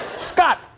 Scott